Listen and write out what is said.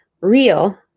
real